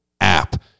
app